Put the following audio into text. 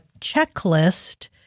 checklist